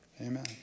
Amen